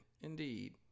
Indeed